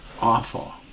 awful